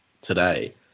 today